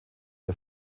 der